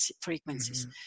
frequencies